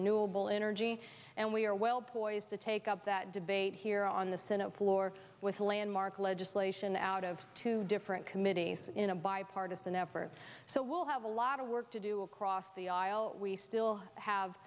renewable energy and we are well poised to take up that debate here on the senate floor with a landmark legislation out of two different committees in a bipartisan effort so we'll have a lot of work to do across the aisle we still have